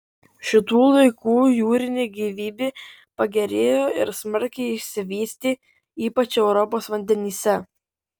šitų laikų jūrinė gyvybė pagerėjo ir smarkiai išsivystė ypač europos vandenyse